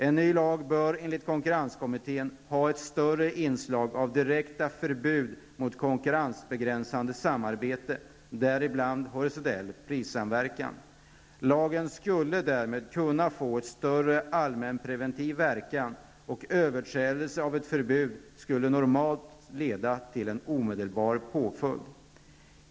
En ny lag bör enligt konkurrenskommittén ha ett större inslag av direkta förbud mot konkurrensbegränsande samarbete, däribland horisontell prissamverkan. Lagen skulle därmed kunna få en större allmänpreventiv verkan, och överträdelse av ett förbud skulle normalt leda till en omedelbar påföljd.